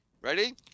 Ready